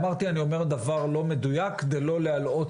אמרתי שאני אומר דבר לא מדויק כדי לא להלאות.